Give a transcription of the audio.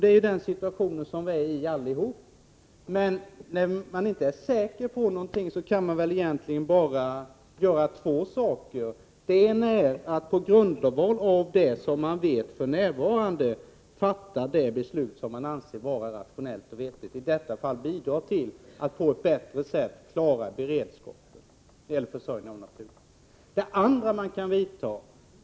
Det är den situationen vi befinner oss i allihop. Men när man inte är säker på någonting kan man egentligen bara göra två saker. Det ena är att på grundval av det man vet för närvarande fatta det beslut man anser vara rationellt och vettigt. I detta fall betyder det att bidra till att på ett bättre sätt klara beredskapen i vad gäller försörjning med naturgas.